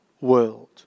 world